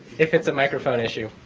if it's a microphone issue.